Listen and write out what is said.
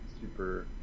super